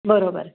बरोबर